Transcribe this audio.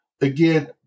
again